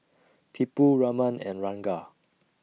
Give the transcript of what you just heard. Tipu Raman and Ranga